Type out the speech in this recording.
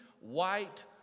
white